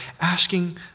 asking